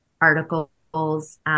articles